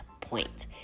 point